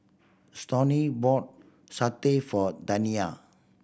Stoney bought satay for Taniya